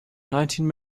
nineteen